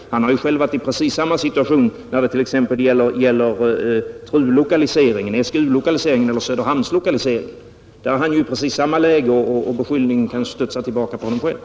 Han har ju själv varit i precis samma situation när det gäller t.ex. TRU-lokaliseringen, SGU-lokaliseringen och Söderhamnslokaliseringen. I dessa fall befinner han sig i precis samma läge, och beskyllningen studsar tillbaka på honom själv.